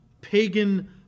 pagan